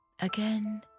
Again